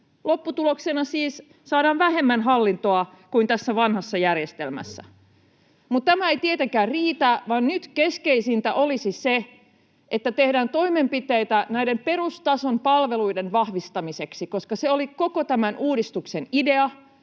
Lopputuloksena siis saadaan vähemmän hallintoa kuin tässä vanhassa järjestelmässä. Mutta tämä ei tietenkään riitä, vaan nyt keskeisintä olisi se, että tehdään toimenpiteitä näiden perustason palveluiden vahvistamiseksi, koska se oli koko tämän uudistuksen idea.